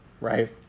Right